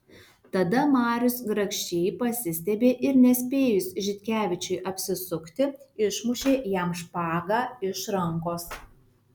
tada marius grakščiai pasistiebė ir nespėjus žitkevičiui apsisukti išmušė jam špagą iš rankos